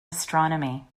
astronomy